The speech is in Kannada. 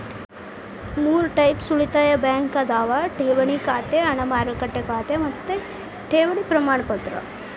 ಮೂರ್ ಟೈಪ್ಸ್ ಉಳಿತಾಯ ಬ್ಯಾಂಕ್ ಅದಾವ ಠೇವಣಿ ಖಾತೆ ಹಣ ಮಾರುಕಟ್ಟೆ ಖಾತೆ ಮತ್ತ ಠೇವಣಿ ಪ್ರಮಾಣಪತ್ರ